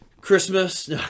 Christmas